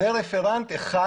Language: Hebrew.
זה רפרנט אחד